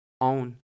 own